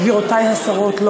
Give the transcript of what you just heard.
גבירותי השרות,